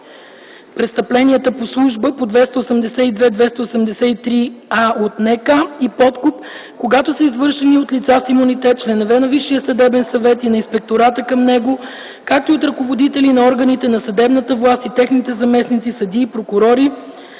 престъпленията по служба по чл. 282-283а от НК и подкуп, когато са извършени от лица с имунитет, членове на Висшия съдебен съвет и на Инспектората към него, както и от ръководители на органите на съдебната власт и техните заместници, съдии, прокурори,